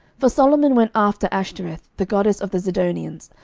for solomon went after ashtoreth the goddess of the zidonians,